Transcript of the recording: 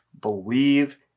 believe